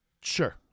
Sure